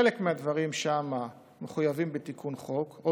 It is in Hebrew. חלק מהדברים שם מחויבים בתיקון חוק או